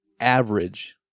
average